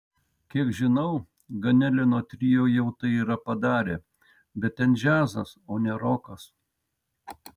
kiek žinau ganelino trio jau tai yra padarę bet ten džiazas o ne rokas